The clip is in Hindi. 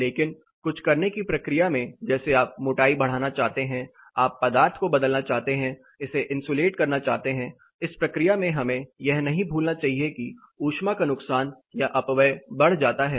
लेकिन कुछ करने की प्रक्रिया में जैसे आप मोटाई बढ़ाना चाहते हैं आप पदार्थ को बदलना चाहते हैं इसे इंसुलेट करना चाहते हैं इस प्रक्रिया में हमें यह नहीं भूलना चाहिए कि ऊष्मा का नुकसान या अपव्यय भी बढ़ जाता है